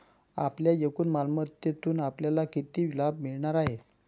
आपल्या एकूण मालमत्तेतून आपल्याला किती लाभ मिळणार आहे?